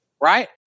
right